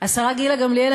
השרה גילה גמליאל,